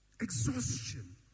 Exhaustion